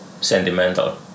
sentimental